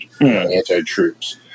anti-troops